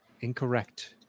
Incorrect